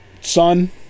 son